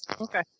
Okay